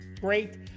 great